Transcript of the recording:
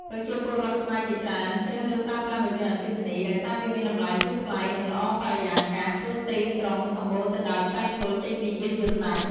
ប្រជាពលរដ្ឋខ្មែរជាច្រើនជ្រើសរើសប្រើប្រាស់រថយន្តអគ្គីសនី ដោយសារវាមានតម្លៃធូរថ្លៃ និងល្អបរិយាស ព្រោះទីក្រុងសម្បូរទៅដោយផ្សែងពុលចេញពីយានយន្តណាស់។